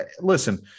Listen